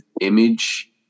image